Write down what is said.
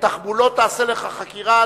בתחבולות תעשה לך חקירה,